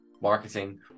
marketing